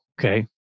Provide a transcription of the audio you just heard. Okay